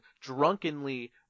drunkenly